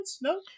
no